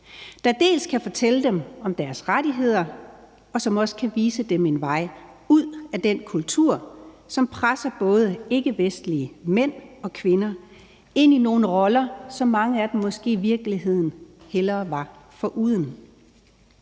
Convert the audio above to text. der dels kan fortælle dem om deres rettigheder, og som også kan vise dem en vej ud af den kultur, som presser både ikkevestlige mænd og kvinder ind i nogle roller, som mange af dem måske i virkeligheden hellere var foruden.